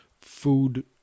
food